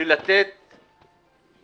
ויש לתת